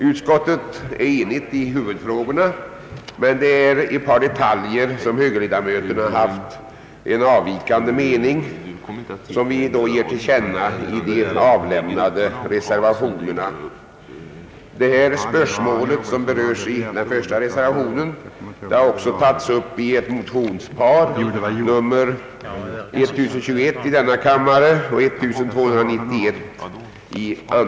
Utskottet är enigt i huvudfrågorna, men i ett par detaljer har högerledamöterna haft en avvikande mening som vi gett till känna i de föreliggande reservationerna. Det spörsmål som beröres i den första reservationen har också tagits upp i motionsparet I:1021 och IT: 1291.